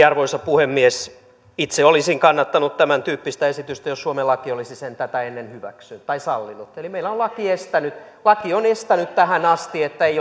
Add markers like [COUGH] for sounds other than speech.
[UNINTELLIGIBLE] arvoisa puhemies itse olisin kannattanut tämäntyyppistä esitystä jos suomen laki olisi sen tätä ennen sallinut eli meillä laki on estänyt tähän asti että ei